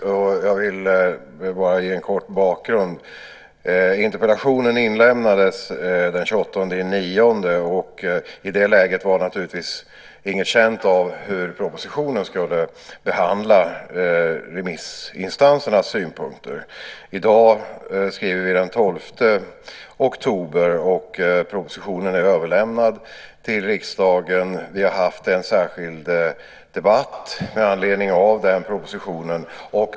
Jag vill ge en kort bakgrund till det. Interpellationen inlämnades den 28 september. I det läget var inte känt om hur propositionen skulle behandla remissinstansernas synpunkter. I dag skriver vi den 12 oktober, och propositionen är överlämnad till riksdagen. Vi har haft en särskild debatt med anledning av propositionen.